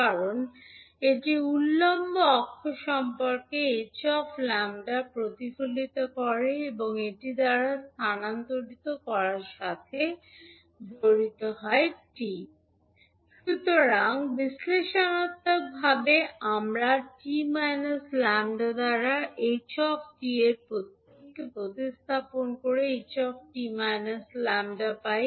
কারণ এটি উল্লম্ব অক্ষ সম্পর্কে ℎ 𝜆 প্রতিফলিত করে এবং এটি দ্বারা স্থানান্তরিত করার সাথে জড়িত 𝑡 সুতরাং বিশ্লেষণাত্মকভাবে আমরা 𝑡 𝜆 দ্বারা 𝑡 𝑡 এর প্রত্যেকটি প্রতিস্থাপন করে ℎ 𝑡 𝜆 পাই